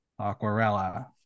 Aquarella